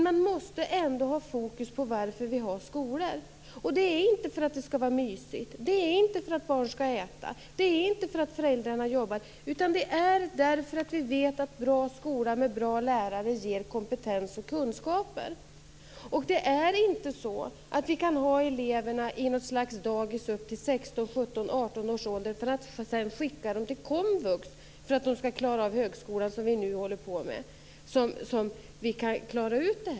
Man måste emellertid ha fokus på varför vi har skolor. Det är inte för att det skall var mysigt, det är inte för att barn skall äta, och det är inte för att föräldrarna jobbar, utan det är därför att vi vet att bra skolor med bra lärare ger kompetens och kunskaper. Vi kan inte ha eleverna i något slags dagis upp till 16-, 17 eller 18-årsåldern för att sedan skicka dem till komvux för att de skall klara av högskolan, som vi nu håller på med.